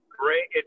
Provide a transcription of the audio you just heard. great